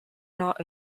not